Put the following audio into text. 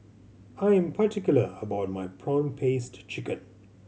I am particular about my prawn paste chicken